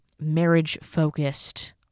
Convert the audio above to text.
marriage-focused